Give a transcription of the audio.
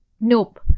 Nope